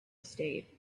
estate